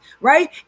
right